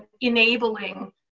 enabling